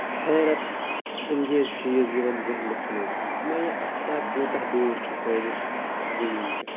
حیرَت اَنگیز چیٖز یِوان ذہنَس مَنٛز اَما یہِ اَفتاب کوٗتاہ دوٗر چھُ سانہِ زٔمیٖن پٮ۪ٹھ